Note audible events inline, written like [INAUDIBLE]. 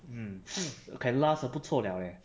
mm [NOISE] can last 不错 liao leh